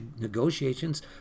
negotiations